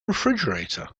refrigerator